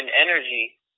energy